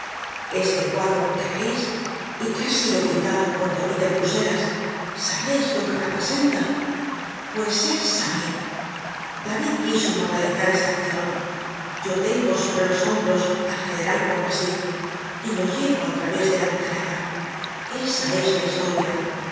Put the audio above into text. este cuadro que veis y que ha sido pintado por david en bruselas sabeis lo que representa pues es á mí david quiso inmortalizar esta accion yo tengo sobre los hombros al general pontmercy y lo llevo al través de la metralla esa es la historia